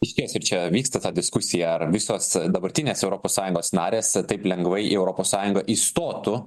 išties ir čia vyksta ta diskusija ar visos dabartinės europos sąjungos narės taip lengvai į europos sąjungą įstotų